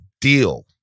deal